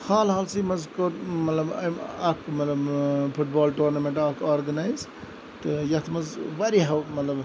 حال حالسی مَنٛز کوٚر مَطلَب أمۍ اَکھ مَطلَب فُٹ بال ٹورنَمنٹ اَکھ آرگنَیِز تہٕ یَتھ مَنٛز واریاہَو مَطلَب